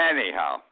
Anyhow